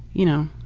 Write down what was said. you know,